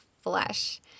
flesh